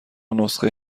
نسخه